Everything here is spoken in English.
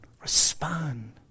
respond